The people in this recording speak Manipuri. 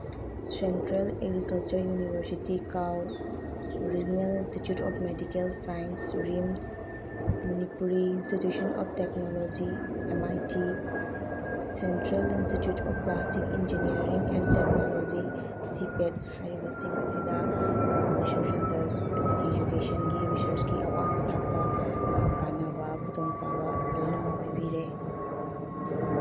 ꯁꯦꯟꯇ꯭ꯔꯦꯜ ꯑꯦꯒ꯭ꯔꯤꯀꯜꯆꯔꯦꯜ ꯌꯨꯅꯤꯚꯔꯁꯤꯇꯤ ꯀꯥꯎ regional institute of medical sciences RIMS Manipuri institution of technology M I T central institute of plastic engineering and technology CIPET ꯍꯥꯏꯔꯤꯕꯁꯤꯡ ꯑꯁꯤꯗ ꯔꯤꯁꯔꯁ ꯁꯦꯟꯇꯔ ꯑꯗꯒꯤ ꯏꯗꯨꯀꯦꯁꯟꯒꯤ ꯔꯤꯁꯔꯁꯀꯤ ꯑꯋꯥꯡꯕ ꯊꯥꯛꯇ ꯀꯥꯟꯅꯕ ꯈꯨꯗꯣꯡꯆꯥꯕ ꯂꯣꯏꯅꯃꯛ ꯄꯤꯕꯤꯔꯦ